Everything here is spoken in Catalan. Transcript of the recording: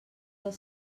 del